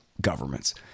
governments